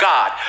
God